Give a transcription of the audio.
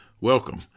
Welcome